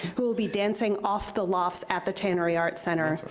who will be dancing off the lofts at the tannery arts center.